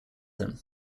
him